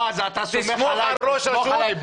בועז, אתה סומך עליי?